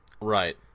Right